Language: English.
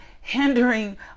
hindering